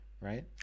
right